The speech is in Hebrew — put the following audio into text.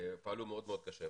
פעלו מאוד מאוד קשה.